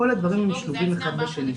כל הדברים קשורים אחד בשני.